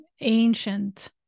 ancient